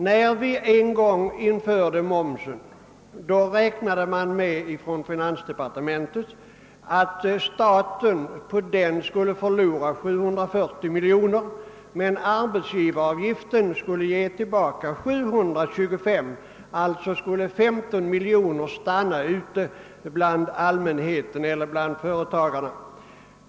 När momsen en gång infördes räknade finansdepartementet med att staten på den skulle förlora 740 miljoner kronor, men arbetsgivaravgiften skulle ge tillbaka 725 miljoner kronor. Alltså skulle 15 miljoner kronor stanna ute bland allmänheten eller före 'tagarna.